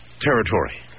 territory